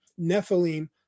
Nephilim